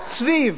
סביב,